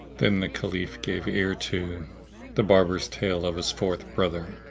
then the caliph gave ear to the barber's tale of his fourth brother.